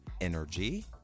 energy